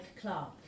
Clark